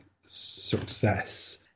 success